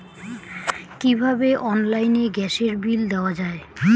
কিভাবে অনলাইনে গ্যাসের বিল দেওয়া যায়?